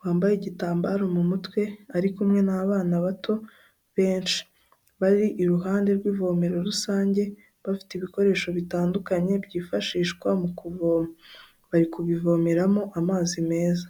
wambaye igitambaro mu mutwe ari kumwe n'abana bato benshi, bari iruhande rw'ivomero rusange bafite ibikoresho bitandukanye byifashishwa mu kuvoma, bari kubivomeramo amazi meza.